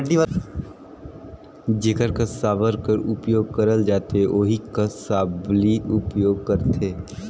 जेकर कस साबर कर उपियोग करल जाथे ओही कस सबली उपियोग करथे